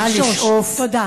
נא לשאוף, תודה.